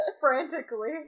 frantically